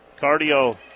Cardio